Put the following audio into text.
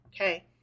Okay